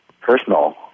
personal